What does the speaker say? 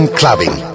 clubbing